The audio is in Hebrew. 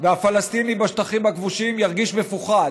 ושהפלסטיני בשטחים הכבושים ירגיש מפוחד,